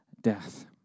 death